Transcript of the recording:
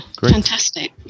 Fantastic